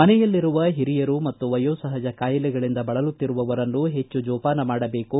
ಮನೆಯಲ್ಲಿರುವ ಹಿರಿಯರು ಮತ್ತು ವಯೋಸಹಜ ಕಾಯಿಲೆಗಳಿಂದ ಬಳಲುತ್ತಿರುವವರನ್ನು ಹೆಚ್ಚು ಜೋಪಾನ ಮಾಡಬೇಕು